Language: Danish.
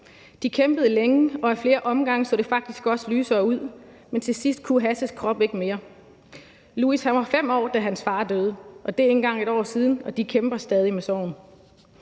De kæmpede længe, og ad flere omgange så det faktisk også lysere ud, men til sidst kunne Hasses krop ikke mere. Louis var 5 år, da hans far døde. Det er ikke engang et år siden, og de kæmper stadig med sorgen.